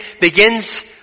begins